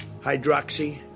hydroxy